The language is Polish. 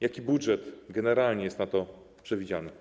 Jaki budżet generalnie jest na to przewidziany?